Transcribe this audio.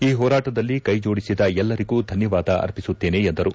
ಈ ಹೋರಾಟದಲ್ಲಿ ಕೈ ಜೋಡಿಸಿದ ಎಲ್ಲರಿಗೂ ಧನ್ಹವಾದ ಅರ್ಪಿಸುತ್ತೇನೆ ಎಂದರು